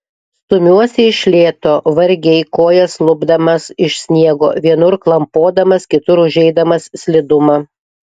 stumiuosi iš lėto vargiai kojas lupdamas iš sniego vienur klampodamas kitur užeidamas slidumą